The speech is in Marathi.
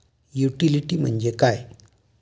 युटिलिटी म्हणजे काय?